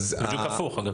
זה בדיוק הפוך.